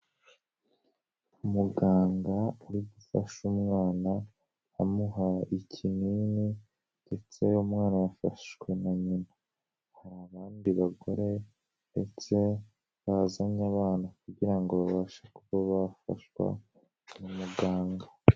Umuganga uri gufasha umwana amuha ikinini ndetse umwana yafashwe na nyina, hari bandi bagore ndetse bazanye abana kugira ngo babashe kuba bafashwa na muganga.